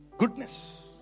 Goodness